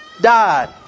died